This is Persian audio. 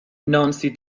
نانسی